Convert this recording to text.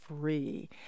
free